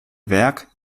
werk